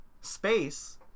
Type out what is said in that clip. Space